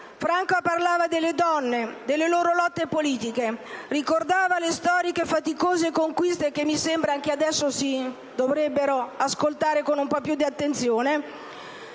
Franca parlava delle donne e delle loro lotte politiche. Ricordava le storiche e faticose conquiste (che mi sembra adesso si dovrebbero ricordare con un po' più di attenzione)